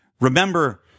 remember